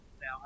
Now